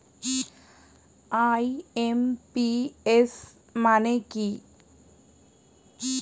IMPS মানে কি?